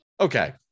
okay